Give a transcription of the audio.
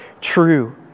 true